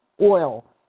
oil